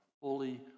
fully